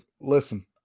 listen